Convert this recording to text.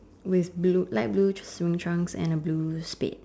with blue light blue swimming trunk and a blue spade